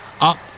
up